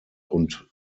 und